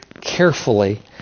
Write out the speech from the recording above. carefully